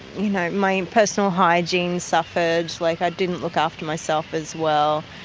you know, my and personal hygiene suffered, like i didn't look after myself as well.